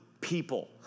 people